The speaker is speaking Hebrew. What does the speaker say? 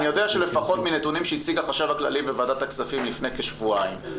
אני יודע שלפחות מנתונים שהציג החשב הכללי בוועדת הכספים לפני כשבועיים,